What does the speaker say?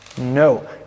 No